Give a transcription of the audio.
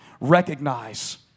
recognize